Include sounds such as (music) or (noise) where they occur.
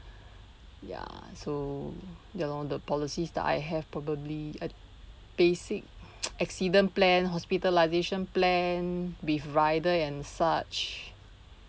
ya so ya lor the policies that I have probably a basic (noise) accident plan hospitalisation plan with rider and such